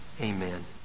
amen